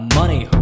money